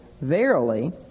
Verily